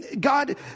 God